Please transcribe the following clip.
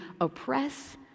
oppress